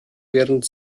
während